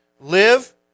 live